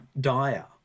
dire